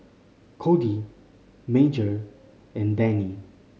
Codi Major and Dannie